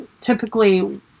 typically